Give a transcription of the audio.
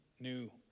new